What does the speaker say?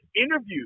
interview